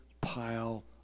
pile